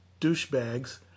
douchebags